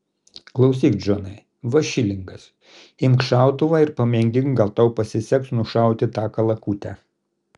klausyk džonai va šilingas imk šautuvą ir pamėgink gal tau pasiseks nušauti tą kalakutę